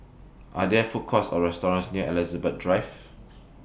Are There Food Courts Or restaurants near Elizabeth Drive